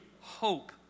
hope